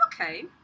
Okay